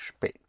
Spät